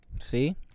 See